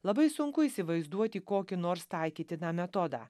labai sunku įsivaizduoti kokį nors taikytiną metodą